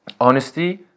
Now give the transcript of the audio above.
Honesty